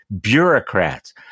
bureaucrats